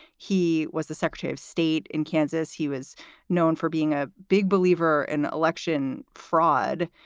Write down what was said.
he was the secretary of state in kansas. he was known for being a big believer in election fraud.